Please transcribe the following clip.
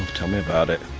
tell me about it.